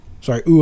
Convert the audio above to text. sorry